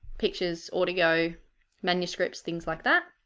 pictures or to go manuscripts things like that,